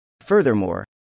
Furthermore